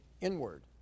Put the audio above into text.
inward